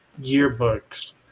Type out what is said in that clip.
yearbooks